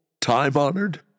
time-honored